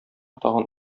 тагын